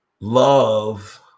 love